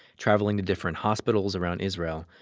traveling to different hospitals around israel.